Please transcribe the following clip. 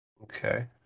Okay